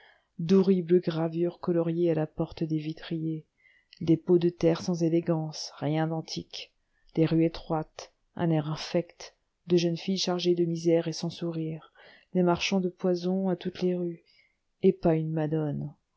d'horribles gravures coloriées à la porte des vitriers des pots de terre sans élégance rien d'antique des rues étroites un air infect de jeunes filles chargées de misère et sans sourire des marchands de poisons à toutes les rues et pas une madone